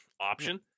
option